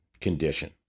condition